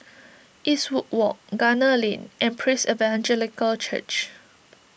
Eastwood Walk Gunner Lane and Praise Evangelical Church